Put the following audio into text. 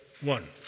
one